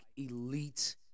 elite